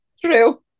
true